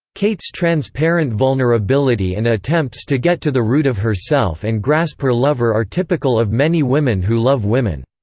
kate's transparent vulnerability and attempts to get to the root of herself and grasp her lover are typical of many women who love women.